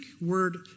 word